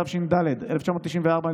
התשנ"ד 1994,